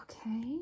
Okay